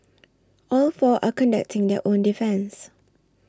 all four are conducting their own defence